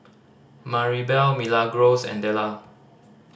Maribel Milagros and Della